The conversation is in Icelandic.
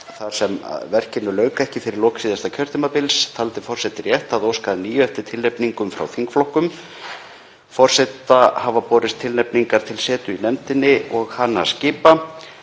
Þar sem verkinu lauk ekki fyrir lok síðasta kjörtímabils taldi forseti rétt að óska að nýju eftir tilnefningum frá þingflokkum. Forseta hafa borist tilnefningar til setu í nefndinni og hana skipa: